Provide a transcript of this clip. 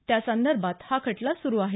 त्यासंदर्भात हा खटला सुरू आहे